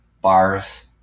bars